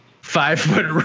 Five-foot